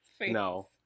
no